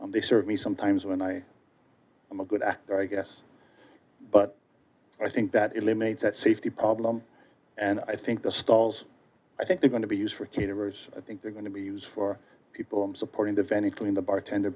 and they serve me sometimes when i am a good actor i guess but i think that eliminates that safety problem and i think the styles i think they're going to be used for caterers i think they're going to be used for people i'm supporting the venue clean the bartender